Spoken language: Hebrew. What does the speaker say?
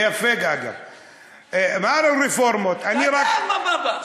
זה יפה, אמרנו רפורמות, ואתה, מה באבא.